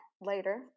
later